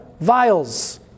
vials